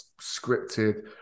scripted